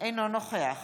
אינו נוכח